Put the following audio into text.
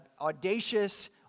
audacious